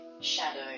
Shadow